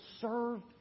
serve